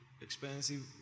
expensive